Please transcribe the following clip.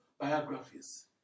biographies